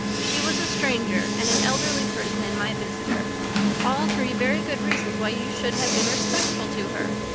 she was a stranger and an elderly person and my visitor all three very good reasons why you should have been respectful to her.